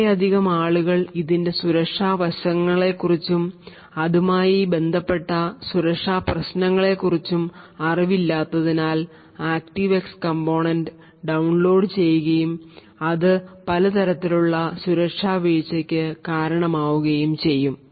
വളരെ അധികം ആളുകൾ ഇതിൻറെ സുരക്ഷിത വശങ്ങളെക്കുറിച്ചും അതുമായി ആയി ബന്ധപ്പെട്ട സുരക്ഷാ പ്രശ്നങ്ങളെ കുറിച്ചും അറിവ് ഇല്ലാത്തതിനാൽ ആക്ടീവ് എക്സ് കമ്പോണന്റ് ഡൌൺലോഡ് ചെയ്യുകയും അതു പലതരത്തിലുള്ള ഉള്ള സുരക്ഷാ വീഴ്ചയ്ക്ക് കാരണമാവുകയും ചെയ്യും